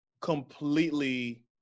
completely